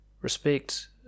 Respect